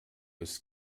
ist